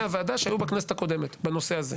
הוועדה שהיו בכנסת הקודמת בנושא הזה.